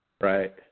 Right